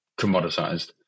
commoditized